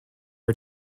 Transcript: are